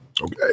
Okay